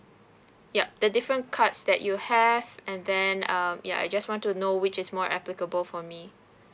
yup the different cards that you have and then um ya I just want to know which is more applicable for me